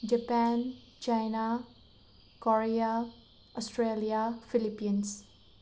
Japan China Korea Australia Philippines